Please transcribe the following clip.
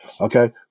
Okay